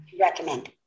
Recommend